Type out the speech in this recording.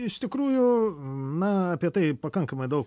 iš tikrųjų na apie tai pakankamai daug